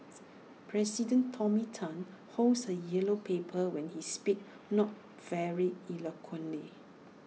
president tony Tan holds A yellow paper when he speaks not very eloquently